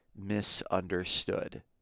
misunderstood